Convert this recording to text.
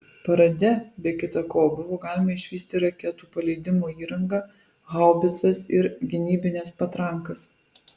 parade be kita ko buvo galima išvysti raketų paleidimo įrangą haubicas ir gynybines patrankas